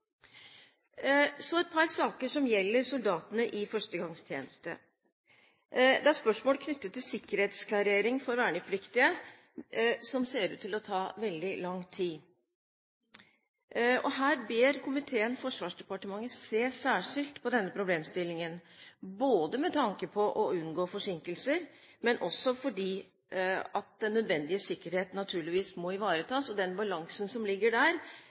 Så et par saker som gjelder soldatene i førstegangstjeneste. Det er spørsmål knyttet til sikkerhetsklarering for vernepliktige som ser ut til å ta veldig lang tid. Her ber komiteen Forsvarsdepartementet se særskilt på denne problemstillingen både med tanke på å unngå forsinkelser og fordi den nødvendige sikkerheten naturligvis må ivaretas. Den balansen som ligger der,